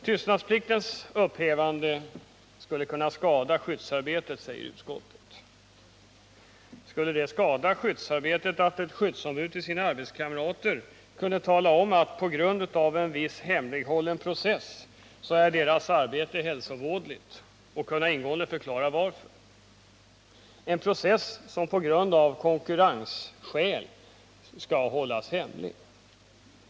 Tystnadspliktens upphävande skulle kunna skada skyddsarbetet, säger utskottet. Skulle det skada skyddsarbetet att ett skyddsombud till sina arbetskamrater kunde tala om att på grund av en viss process — som av konkurrensskäl måste hållas hemlig — så är deras arbete hälsovådligt, och att han kunde ingående förklara varför?